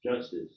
justice